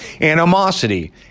animosity